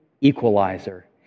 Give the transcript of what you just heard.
equalizer